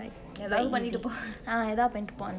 எதாவது பன்னிட்டு போ:ethaavathu pannitu po